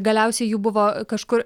galiausiai jų buvo kažkur